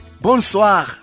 Bonsoir